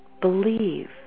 believe